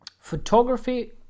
Photography